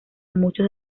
muchos